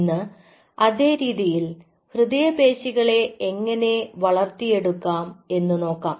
ഇന്ന് അതേ രീതിയിൽ ഹൃദയപേശികളെ എങ്ങനെ വളർത്തിയെടുക്കാം എന്ന് നോക്കാം